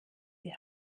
die